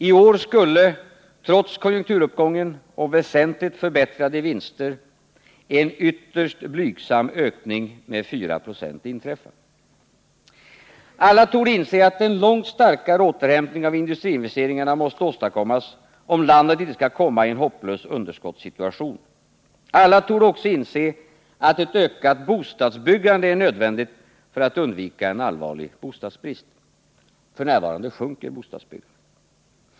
I år skulle, trots konjunkturuppgången och väsentligt förbättrade vinster, en ytterst blygsam ökning med 4 96 inträffa. Alla torde inse att en långt starkare återhämtning av industriinvesteringarna måste åstadkommas, om landet inte skall komma i en hopplös underskottssituation. Alla torde också inse att ett ökat bostadsbyggande är nödvändigt för att undvika en allvarlig bostadsbrist. F. n. sjunker bostadsbyggandet.